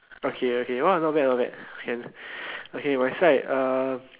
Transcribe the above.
okay okay !wah! not bad not bad okay okay my side uh